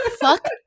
Fuck